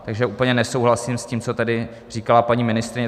Takže úplně nesouhlasím s tím, co tady říkala paní ministryně.